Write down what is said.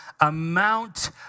amount